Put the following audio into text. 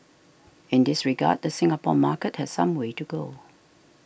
in this regard the Singapore market has some way to go